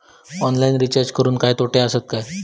Online recharge करुचे काय तोटे आसत काय?